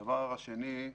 הדבר השני,